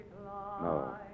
no